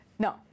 No